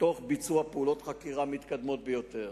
תוך ביצוע פעולות חקירה מתקדמות ביותר,